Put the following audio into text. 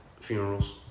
funerals